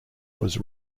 was